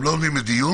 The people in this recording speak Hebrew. הם לא עומדים לדיון.